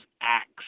acts